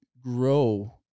grow